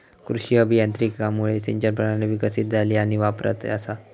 कृषी अभियांत्रिकीमुळा सिंचन प्रणाली विकसीत झाली आणि वापरात असा